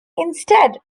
instead